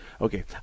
Okay